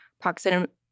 proximity